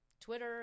Twitter